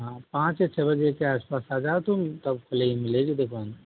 पाँच से छ बजे के आस पास आ जाओ तुम तब खुलेगी मिलेगी दुकान